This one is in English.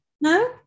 No